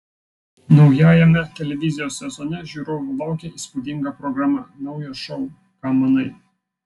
naujajame televizijos sezone žiūrovų laukia įspūdinga programa naujas šou ką manai